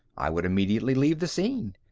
i would immediately leave the scene.